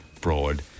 broad